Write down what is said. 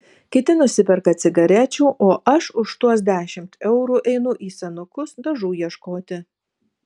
kiti nusiperka cigarečių o aš už tuos dešimt eurų einu į senukus dažų ieškoti